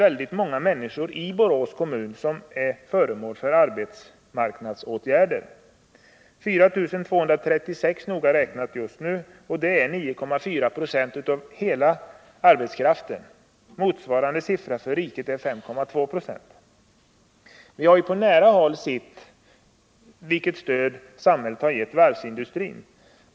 Väldigt många människor i Borås kommun är föremål för arbetsmarknaadsåtgärder: 4 236 noga räknat just nu, och det är 9,4 90 av hela arbetskraften. Motsvarande siffra för riket är 5,2 90. Vi har på nära håll sett vilket stöd samhället har givit varvsindustrin.